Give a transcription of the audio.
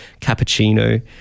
cappuccino